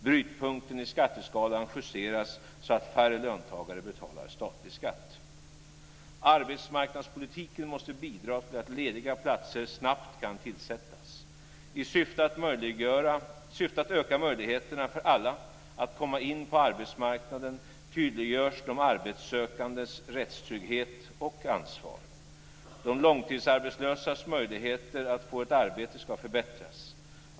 Brytpunkten i skatteskalan justeras så att färre löntagare betalar statlig skatt. Arbetsmarknadspolitiken måste bidra till att lediga platser snabbt kan tillsättas. I syfte att öka möjligheterna för alla att komma in på arbetsmarknaden tydliggörs de arbetssökandes rättstrygghet och ansvar. De långtidsarbetslösas möjligheter att få ett arbete ska förbättras.